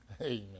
Amen